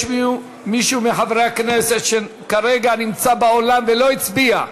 יש מישהו מחברי הכנסת שכרגע נמצא באולם ולא הצביע?